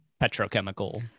petrochemical